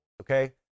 okay